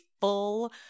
full